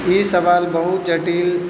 ई सवाल बहुत जटिल